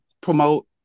promote